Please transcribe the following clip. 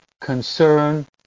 concern